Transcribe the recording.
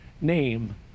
name